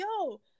yo